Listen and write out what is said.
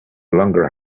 longer